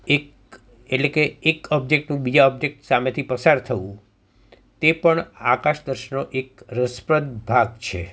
એક એટલે કે એક ઓબ્જેક્ટનું બીજા ઓબ્જેક્ટ સામેથી પસાર થવું તે પણ આકાશ દર્શનનો એક રસપ્રદ ભાગ છે